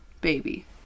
baby